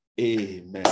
Amen